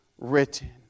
written